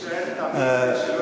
אני מנסה להישאר תמים ושלא,